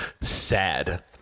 sad